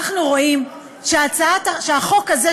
אנחנו רואים שהחוק הזה,